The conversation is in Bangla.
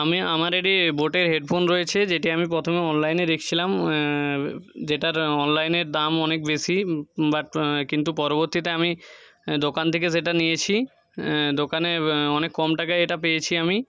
আমি আমার একটি বোটের হেডফোন রয়েছে যেটি আমি প্রথমে অনলাইনে দেখছিলাম যেটা অনলাইনের দাম অনেক বেশি বাট কিন্তু পরবর্তীতে আমি দোকান থেকে সেটা নিয়েছি দোকানে অনেক কম টাকায় এটা পেয়েছি আমি